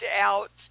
out